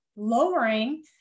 lowering